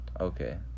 Okay